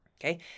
Okay